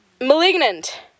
Malignant